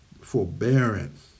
forbearance